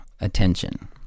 attention